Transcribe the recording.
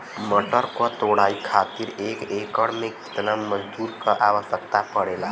मटर क तोड़ाई खातीर एक एकड़ में कितना मजदूर क आवश्यकता पड़ेला?